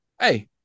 Hey